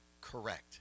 correct